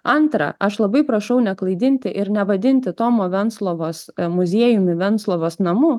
antra aš labai prašau neklaidinti ir nevadinti tomo venclovos muziejumi venclovos namu